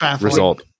result